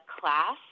class